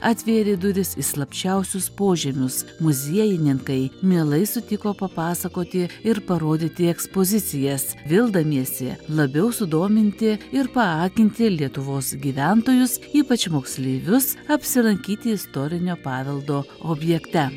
atvėrė duris į slapčiausius požemius muziejininkai mielai sutiko papasakoti ir parodyti ekspozicijas vildamiesi labiau sudominti ir paakinti lietuvos gyventojus ypač moksleivius apsilankyti istorinio paveldo objekte